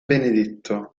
benedetto